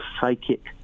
psychic